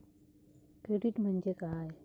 Credit म्हणजे काय?